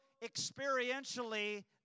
experientially